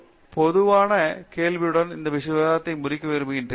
ஒரு பொதுவான கேள்வியுடன் இந்த விவாதத்தை முடிக்க விரும்புகிறேன்